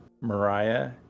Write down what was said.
Mariah